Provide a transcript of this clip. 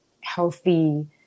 healthy